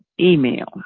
email